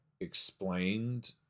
explained